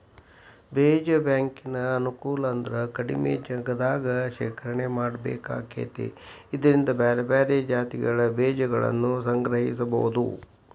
ಬೇಜ ಬ್ಯಾಂಕಿನ ಅನುಕೂಲ ಅಂದ್ರ ಕಡಿಮಿ ಜಗದಾಗ ಶೇಖರಣೆ ಮಾಡ್ಬೇಕಾಕೇತಿ ಇದ್ರಿಂದ ಬ್ಯಾರ್ಬ್ಯಾರೇ ಜಾತಿಗಳ ಬೇಜಗಳನ್ನುಸಂಗ್ರಹಿಸಬೋದು